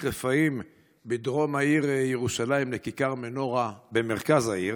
רפאים בדרום העיר ירושלים לכיכר מנורה במרכז העיר,